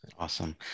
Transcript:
Awesome